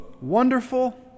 wonderful